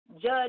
judge